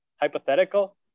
hypothetical